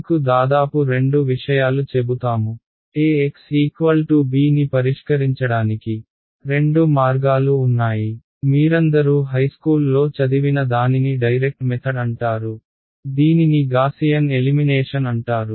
మీకు దాదాపు రెండు విషయాలు చెబుతాము axb ని పరిష్కరించడానికి రెండు మార్గాలు ఉన్నాయి మీరందరూ హైస్కూల్లో చదివిన దానిని డైరెక్ట్ మెథడ్ అంటారు దీనిని గాసియన్ ఎలిమినేషన్ అంటారు